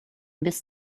miss